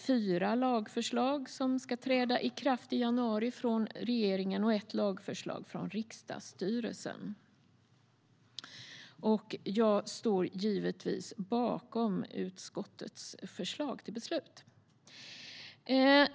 Fyra lagförslag från regeringen och ett lagförslag från riksdagsstyrelsen ska träda i kraft i januari. Jag står givetvis bakom utskottets förslag till beslut.